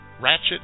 ratchet